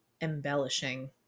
embellishing